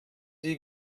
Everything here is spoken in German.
die